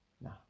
No